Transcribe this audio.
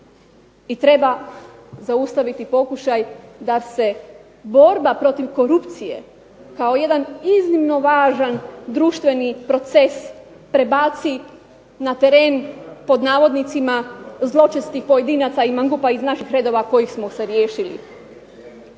treba zaustaviti pokušaj da se borba protiv korupcije kao jedan iznimno važan društveni proces prebaci na teren pod navodnicima zločestih pojedinaca i mangupa iz naših redova kojih smo se riješili.